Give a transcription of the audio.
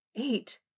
Eight